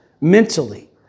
mentally